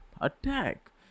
attack